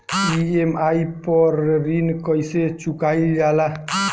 EMI पर ऋण कईसे चुकाईल जाला?